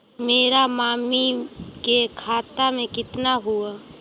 मेरा मामी के खाता में कितना हूउ?